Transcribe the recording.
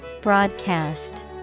Broadcast